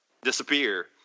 disappear